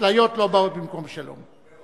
הוא הפסיק עם אהוד אולמרט,